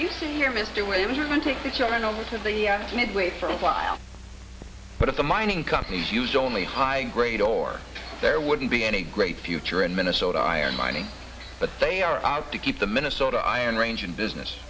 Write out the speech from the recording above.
you see here mr williams and take the children over to the midway for a while but at the mining companies use only high grade ore there wouldn't be any great future in minnesota iron mining but they are out to keep the minnesota iron range in business